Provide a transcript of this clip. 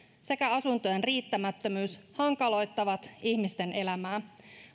sekä asuntojen riittämättömyys hankaloittavat ihmisten elämää